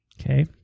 okay